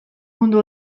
mundu